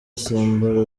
asimbura